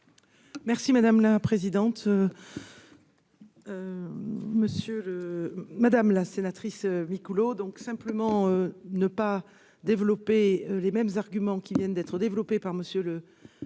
Merci madame la présidente. Monsieur le madame la sénatrice Micouleau donc simplement ne pas développé les mêmes arguments qui viennent d'être développées par monsieur le président